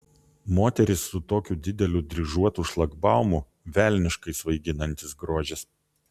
moteris su tokiu dideliu dryžuotu šlagbaumu velniškai svaiginantis grožis